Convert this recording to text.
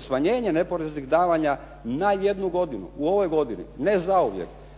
smanjenje neporeznih davanja na jednu godinu, u ovoj godini, ne zauvijek,